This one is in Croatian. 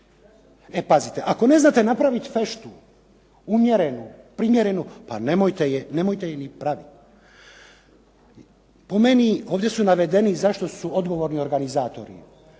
E pazite, ako ne znate napraviti feštu umjerenu, primjerenu pa nemojte je ni praviti. Po meni ovdje su navedeni zašto su odgovorni organizatori.